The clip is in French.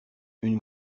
une